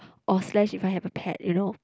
or slash if I have a pet you know